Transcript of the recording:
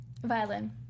Violin